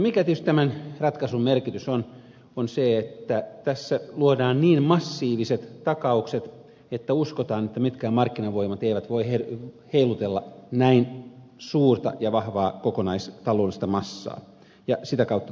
mikä tietysti tämän ratkaisun merkitys on on se että tässä luodaan niin massiiviset takaukset että uskotaan että mitkään markkinavoimat eivät voi heilutella näin suurta ja vahvaa kokonaistaloudellista massaa ja sitä kautta tuo luottamus syntyy